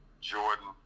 Jordan